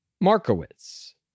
Markowitz